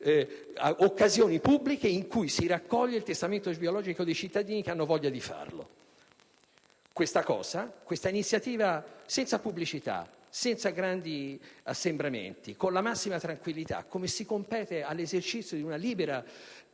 ci sono luoghi pubblici in cui si raccoglie il testamento biologico dei cittadini che hanno voglia di farlo. Questa iniziativa avviene senza pubblicità, senza grandi assembramenti, con la massima tranquillità, come si compete all'esercizio del libero